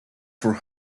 for